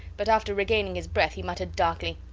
but after regaining his breath he muttered darkly,